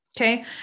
Okay